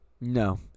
No